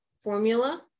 formula